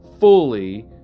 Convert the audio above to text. fully